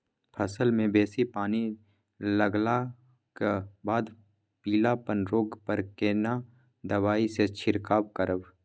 फसल मे बेसी पानी लागलाक बाद पीलापन रोग पर केना दबाई से छिरकाव करब?